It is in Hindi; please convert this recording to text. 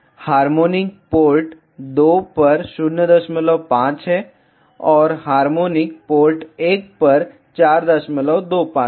हार्मोनिक पोर्ट 2 पर 05 है और हार्मोनिक पोर्ट 1 पर 425 है